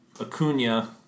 Acuna